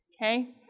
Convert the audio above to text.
Okay